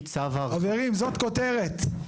חברים, זאת כותרת.